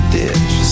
ditch